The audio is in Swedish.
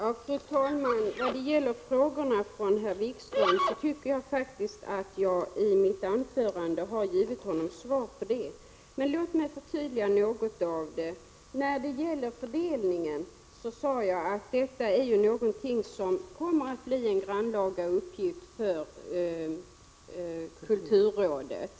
Fru talman! Jag tycker att jag i mitt anförande har gett Jan-Erik Wikström svar på hans frågor. Låt mig förtydliga något. Jag sade att fördelningen kommer att bli en grannlaga uppgift för kulturrådet.